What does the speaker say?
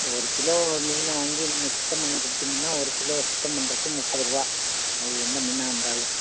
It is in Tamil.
இப்போ ஒரு கிலோ மீன்னை வாங்கி நீங்கள் சுத்தம் பண்ண கொடுத்தீங்கன்னா ஒரு கிலோ சுத்தம் பண்ணுறக்கு முப்பது ரூபா அது என்ன மீனாக இருந்தாலும்